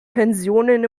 pensionen